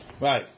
Right